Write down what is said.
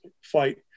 fight